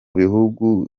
bihugu